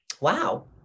Wow